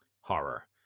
horror